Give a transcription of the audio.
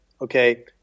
okay